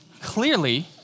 clearly